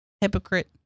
Hypocrite